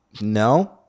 No